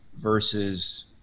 versus